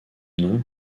nom